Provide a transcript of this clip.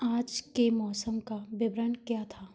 आज के मौसम का विवरण क्या था